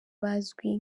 bazwi